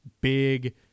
big